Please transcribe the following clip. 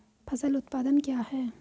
फसल उत्पादन क्या है?